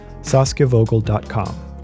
saskiavogel.com